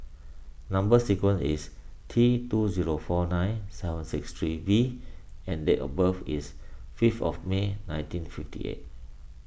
Number Sequence is T two zero four nine seven six three V and date of birth is fifth of May nineteen fifty eight